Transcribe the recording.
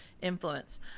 influence